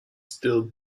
still